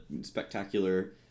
spectacular